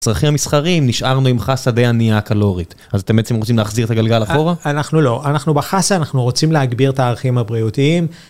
צרכים המסחרים, נשארנו עם חסה די ענייה קלורית, אז אתם בעצם רוצים להחזיר את הגלגל אחורה? אנחנו לא, אנחנו בחסה, אנחנו רוצים להגביר את הערכים הבריאותיים.